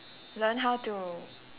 learn how to